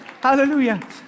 hallelujah